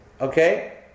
Okay